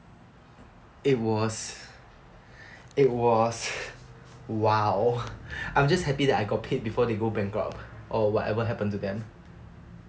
it was it was !wow! I'm just happy that I got paid before they go bankrupt or whatever happened to them